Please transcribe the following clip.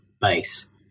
base